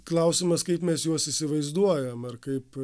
klausimas kaip mes juos įsivaizduojam ar kaip